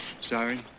Sorry